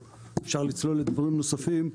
או אפשר לצלול לדברים נוספים.